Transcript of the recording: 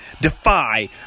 Defy